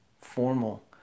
formal